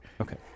Okay